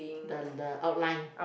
the the outline